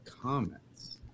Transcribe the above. comments